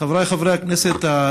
(אומר בערבית: אלוהים ישמור אותך.) חבריי חברי הכנסת,